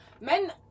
Men